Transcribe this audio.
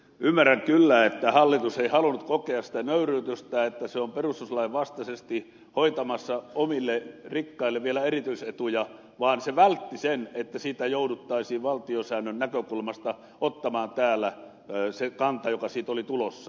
ymmärrän kyllä että hallitus ei halunnut kokea sitä nöyryytystä että se on perustuslain vastaisesti hoitamassa omille rikkaille vielä erityisetuja vaan se vältti sen että siitä jouduttaisiin valtiosäännön näkökulmasta ottamaan täällä se kanta joka siitä oli tulossa